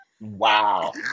wow